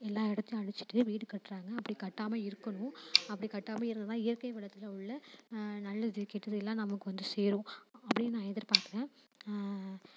எல்லா இடத்தையும் அழித்துட்டு வீடு கட்டுறாங்க அப்படி கட்டாமல் இருக்கணும் அப்படி கட்டாமல் இருந்தால் தான் இயற்கை வளத்தில் உள்ள நல்லது கெட்டது எல்லாம் நமக்கு வந்து சேரும் அப்படின்னு நான் எதிர்பார்க்கறேன்